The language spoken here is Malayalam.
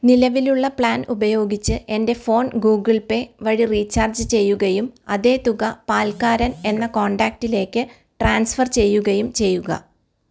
നിലവിലുള്ള പ്ലാൻ ഉപയോഗിച്ച് എൻ്റെ ഫോൺ ഗൂഗിൾ പേ വഴി റീചാർജ് ചെയ്യുകയും അതേ തുക പാൽക്കാരൻ എന്ന കോൺടാക്റ്റിലേക്ക് ട്രാൻസ്ഫർ ചെയ്യുകയും ചെയ്യുക